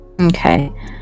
Okay